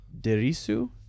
Derisu